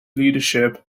leadership